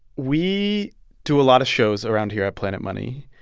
we do a lot of shows around here at planet money.